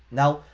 now,